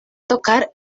tocar